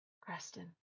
Creston